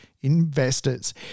investors